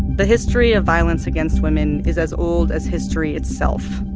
the history of violence against women is as old as history itself.